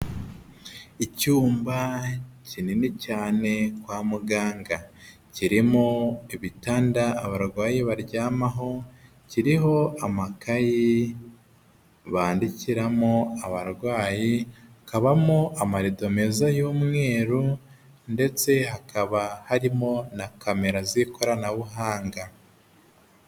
Icyumba kinini cyane kwa muganga kirimo ibitanda abarwayi baryamaho, kiriho amakayi bandikiramo abarwayi, kabamo amarido meza y'umweru ndetse hakaba harimo na camera z'ikoranabuhanga